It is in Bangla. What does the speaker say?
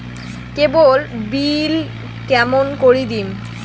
কেবল বিল কেমন করি দিম?